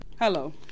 Hello